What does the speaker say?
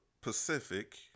Pacific